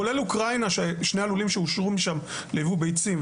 כולל אוקראינה ששני הלולים שאושרו שם ייבאו ביצים.